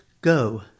Go